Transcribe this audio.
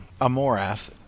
Amorath